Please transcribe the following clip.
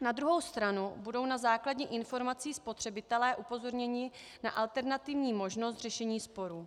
Na druhou stranu budou na základě informací spotřebitelé upozorněni na alternativní možnost řešení sporů.